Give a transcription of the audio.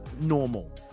normal